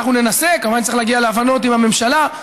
כמובן שצריך להגיע להבנות עם הממשלה.